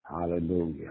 Hallelujah